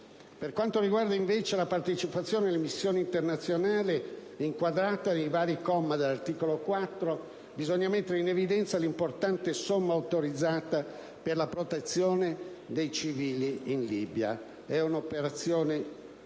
Per quanto riguarda, invece, la partecipazione alle missioni internazionali, inquadrata nei vari commi dell'articolo 4, bisogna mettere in evidenza l'importante somma autorizzata per la protezione dei civili in Libia. È un'operazione umanitaria